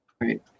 right